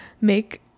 make